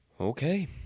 Okay